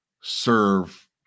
serve